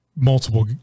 multiple